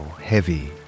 heavy